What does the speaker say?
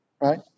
right